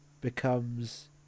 becomes